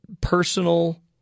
personal